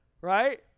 right